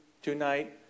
Tonight